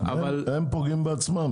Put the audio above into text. הם פוגעים בעצמם.